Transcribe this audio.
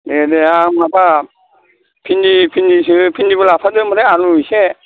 दे दे आं माबा भिन्दि भिन्दिबो लाफादो ओमफ्राय आलु एसे